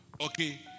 Okay